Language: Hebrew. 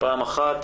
פעם אחת